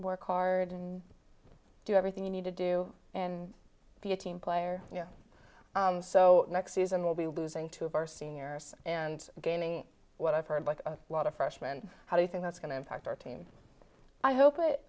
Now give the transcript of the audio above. work hard and do everything you need to do and be a team player so next season we'll be losing two of our seniors and gaming what i've heard like a lot of freshman how do you think that's going to impact our team i hope it